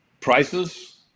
prices